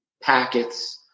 packets